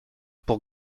pour